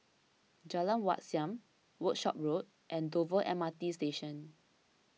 Jalan Wat Siam Workshop Road and Dover M R T Station